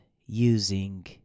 using